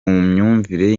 myumvire